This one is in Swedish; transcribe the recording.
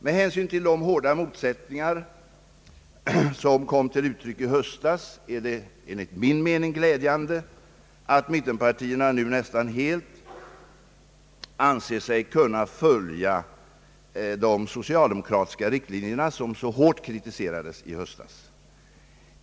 Med hänsyn till de hårda motsättningar som förelåg i försvarsfrågan även mellan socialdemokrater och mittenpartister i höstas tycker jag att det är glädjande att mittenpartierna nu nästan helt anser sig kunna följa våra riktlinjer.